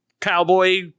cowboy